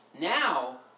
now